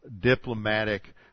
diplomatic